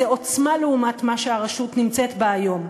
זה עוצמה לעומת מה שהרשות נמצאת בה היום.